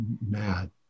mad